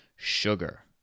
Sugar